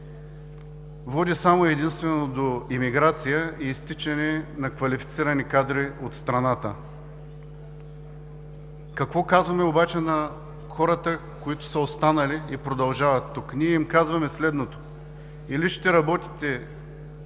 води само и единствено до емиграция и изтичане на квалифицирани кадри от страната. Какво казваме обаче на хората, които са останали и продължават тук? Ние им казваме следното: „или ще работите